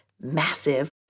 massive